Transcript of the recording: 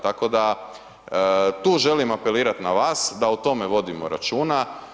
Tako da tu želim apelirati na vas da o tome vodimo računa.